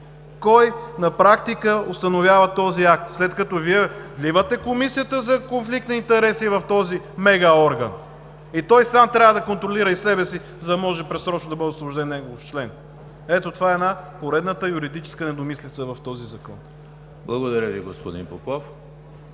Кой на практика установява този акт, след като Вие вливате Комисията за конфликт на интереси в този мегаорган и той сам трябва да контролира и себе си, за да може предсрочно да бъде освободен негов член? Ето това е поредната юридическа недомислица в този Закон. ПРЕДСЕДАТЕЛ ЕМИЛ